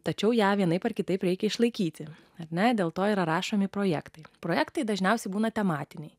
tačiau ją vienaip ar kitaip reikia išlaikyti ar ne dėl to yra rašomi projektai projektai dažniausiai būna tematiniai